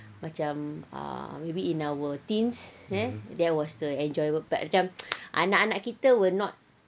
macam ah maybe in our teens eh there was the enjoyable time macam anak-anak kita will not